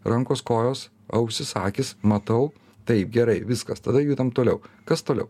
rankos kojos ausys akys matau taip gerai viskas tada judam toliau kas toliau